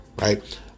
right